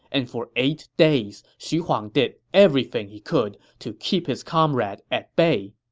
and for eight days, xu huang did everything he could to keep his comrade at bay